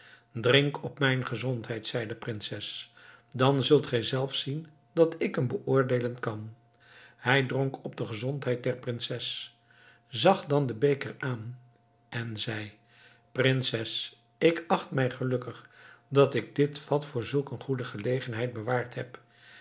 drink op mijn gezondheid zei de prinses dan zult gij zelf zien dat ik hem beoordeelen kan hij dronk op de gezondheid der prinses zag dan den beker aan en zei prinses ik acht mij gelukkig dat ik dit vat voor zulk een goede gelegenheid bewaard heb